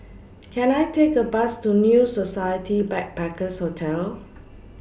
Can I Take A Bus to New Society Backpackers' Hotel